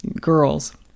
Girls